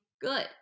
good